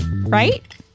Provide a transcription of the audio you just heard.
Right